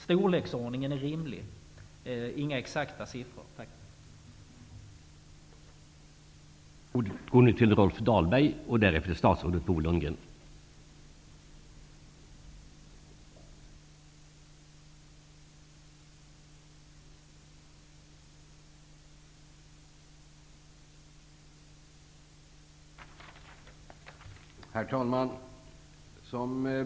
Jag begär inte några exakta siffror, utan ett besked om vilken storleksordning man kan tänka sig.